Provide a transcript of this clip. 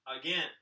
again